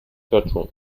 courtroom